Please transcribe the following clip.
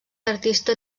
artista